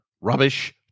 rubbish